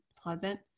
pleasant